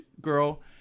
girl